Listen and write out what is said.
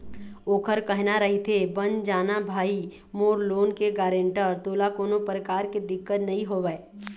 ओखर कहना रहिथे बन जाना भाई मोर लोन के गारेंटर तोला कोनो परकार के दिक्कत नइ होवय